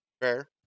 Fair